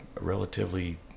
relatively